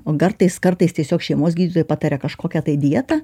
o kartais kartais tiesiog šeimos gydytojai pataria kažkokią tai dietą